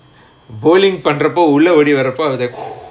bowling பண்றபோ உள்ள ஓடி வரபோ ஒரு:pandrapo ulla odi varapo oru joy